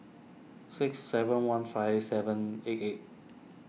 six seven one five seven eight eight